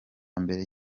mbere